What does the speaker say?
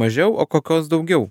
mažiau o kokios daugiau